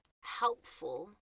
helpful